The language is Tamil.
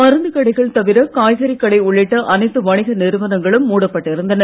மருந்து கடைகள் தவிர காய்கறி கடை உள்ளிட்ட அனைத்து வணிக நிறுவனங்களும் மூடப்பட்டு இருந்தன